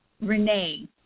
Renee